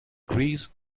grease